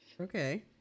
Okay